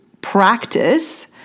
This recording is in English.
practice